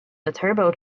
turbo